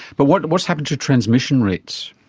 but what's what's happened to transmission rates